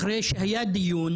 אחרי שהתקיים כאן דיון